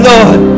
Lord